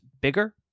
bigger